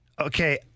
okay